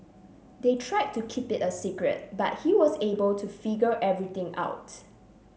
they tried to keep it a secret but he was able to figure everything out